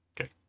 Okay